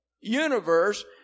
universe